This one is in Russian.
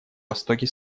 востоке